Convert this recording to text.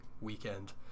weekend